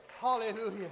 hallelujah